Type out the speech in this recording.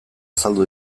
azaldu